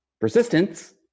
persistence